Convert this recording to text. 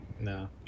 No